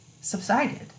subsided